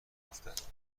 افتد